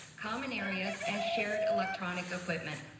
common areas and shared electronic equipment.